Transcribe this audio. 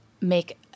make